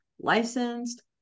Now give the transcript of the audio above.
licensed